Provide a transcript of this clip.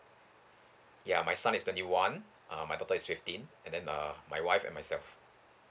ya my son is twenty one um my daughter is fifteen and then uh my wife and myself